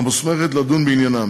המוסמכת לדון בעניינם.